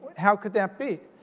how could that be?